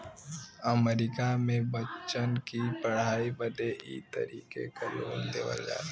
अमरीका मे बच्चन की पढ़ाई बदे ई तरीके क लोन देवल जाला